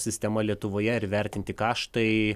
sistema lietuvoje ir vertinti kaštai